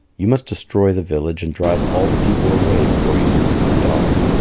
you must destroy the village and drive all the people away before you can win my daughter.